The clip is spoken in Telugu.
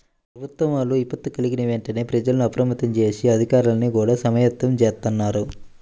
ప్రభుత్వం వాళ్ళు విపత్తు కల్గిన వెంటనే ప్రజల్ని అప్రమత్తం జేసి, అధికార్లని గూడా సమాయత్తం జేత్తన్నారు